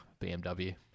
BMW